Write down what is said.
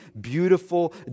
beautiful